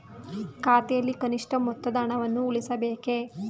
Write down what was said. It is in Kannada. ಖಾತೆಯಲ್ಲಿ ಕನಿಷ್ಠ ಮೊತ್ತದ ಹಣವನ್ನು ಉಳಿಸಬೇಕೇ?